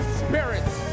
spirits